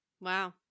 wow